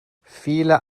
viele